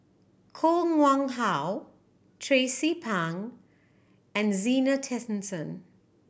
Koh Nguang How Tracie Pang and Zena Tessensohn